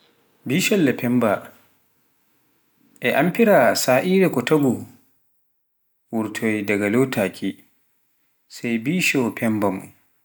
Bisholle femba, e amfira sa'ere ko taagun wurto daga lotaaki, sai bishoo pembaa mun.